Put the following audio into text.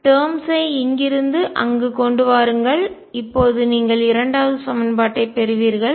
terms ஐ இங்கிருந்து அங்கு கொண்டு வாருங்கள் இப்போது நீங்கள் இரண்டாவது சமன்பாட்டைப் பெறுவீர்கள்